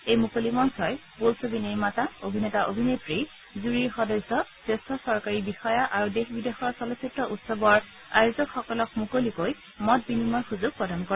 এই মুকলি মঞ্চই বোলছবি নিৰ্মাতা অভিনেতা অভিনেত্ৰী জুৰীৰ সদস্য জ্যেষ্ঠ চৰকাৰী বিষয়া আৰু দেশ বিদেশৰ চলচ্চিত্ৰ উৎসৱৰ আয়োজকসকলক মুকলিকৈ মত বিনিময়ৰ সুযোগ প্ৰদান কৰে